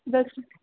बस